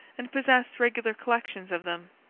and possess regular collections of them.